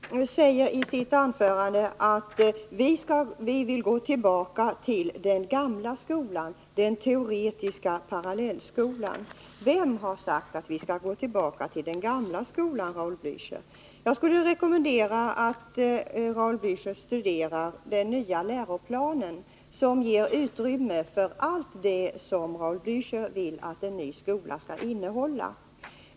Herr talman! Raul Blächer säger i sitt anförande att vi vill gå tillbaka till den gamla skolan, den teoretiska parallellskolan. Vem har sagt att vi skall gå tillbaka till den gamla skolan, Raul Blächer? Jag skulle rekommendera att Raul Blächer studerar den nya läroplanen, som ger utrymme för allt det som han vill att en ny skola skall innehålla.